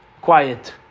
quiet